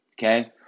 Okay